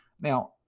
Now